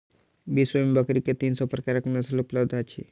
विश्व में बकरी के तीन सौ प्रकारक नस्ल उपलब्ध अछि